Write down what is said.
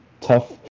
tough